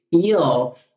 feel